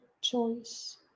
choice